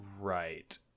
Right